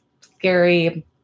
scary